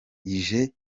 ije